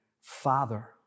Father